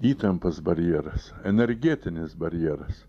įtampos barjeras energetinis barjeras